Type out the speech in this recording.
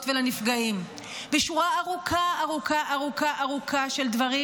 ולנפגעים בשורה ארוכה ארוכה של דברים